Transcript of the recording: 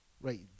right